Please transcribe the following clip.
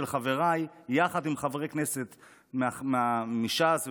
חבריי יחד עם חברי כנסת מש"ס ומאגודה,